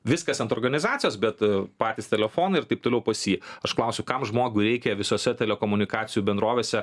viskas ant organizacijos bet patys telefonai ir taip toliau pas jį aš klausiu kam žmogui reikia visose telekomunikacijų bendrovėse